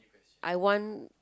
I want